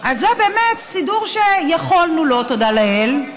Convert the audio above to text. אז זה באמת סידור שיכולנו לו, תודה לאל.